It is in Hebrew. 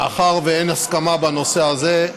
מאחר שאין הסכמה בנושא הזה,